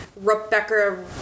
Rebecca